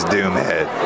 Doomhead